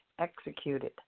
executed